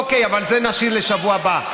אוקיי, אבל את זה נשאיר לשבוע הבא.